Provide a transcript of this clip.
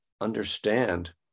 understand